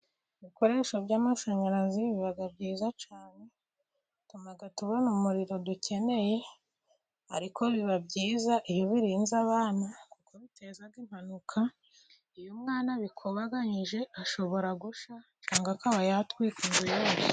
Ibikoresho by'amashanyarazi biba byiza cyane, bituma tubona umuriro dukeneye, ariko biba byiza iyo ubirenze abana kuko biteza impanuka, iyo umwana abikubaganyije ashobora gushya cyangwa akaba yatwika inzu yose